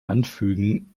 anfügen